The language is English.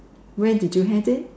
where did you have it